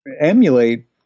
emulate